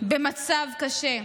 במצב קשה.